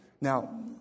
Now